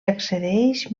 accedeix